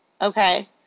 Okay